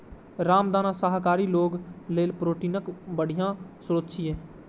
रामदाना शाकाहारी लोक लेल प्रोटीनक बढ़िया स्रोत छियै